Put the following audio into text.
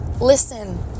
listen